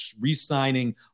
re-signing